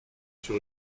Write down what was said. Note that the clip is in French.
sur